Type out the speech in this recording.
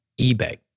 eBay